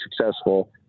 successful